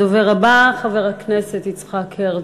הדובר הבא, חבר הכנסת יצחק הרצוג.